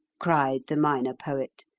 cried the minor poet.